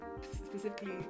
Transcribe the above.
specifically